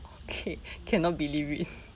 okay cannot believe it